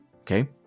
Okay